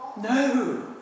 No